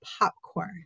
popcorn